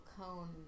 cone